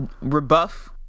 rebuff